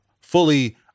fully